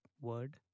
word